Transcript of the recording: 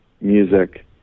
music